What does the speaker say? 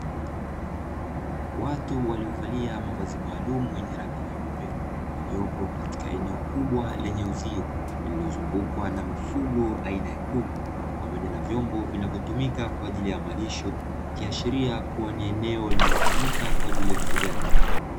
Watu waliovalia mavazi maalumu yenye rangi nyeupe, waliopo katika eneo kubwa lenye uzio, lililozungukwa na mifugo aina ya kuku, pamoja na vyombo vinavyotumika kwa ajili ya malisho, Ikiashiria kuwa ni eneo linalotumika kwa ajili ya ufugaji.